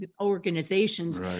organizations